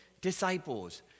disciples